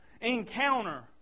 encounter